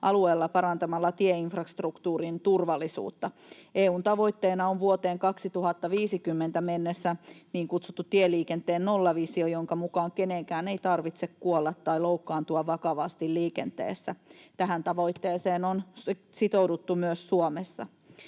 alueella parantamalla tieinfrastruktuurin turvallisuutta. EU:n tavoitteena on vuoteen 2050 mennessä niin kutsuttu tieliikenteen nollavisio, jonka mukaan kenenkään ei tarvitse kuolla tai loukkaantua vakavasti liikenteessä. Tähän tavoitteeseen on sitouduttu myös Suomessa.